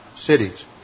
cities